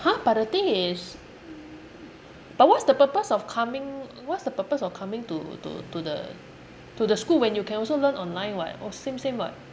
!huh! but the thing is but what's the purpose of coming what's the purpose of coming to to to the to the school when you can also learn online [what] same same [what]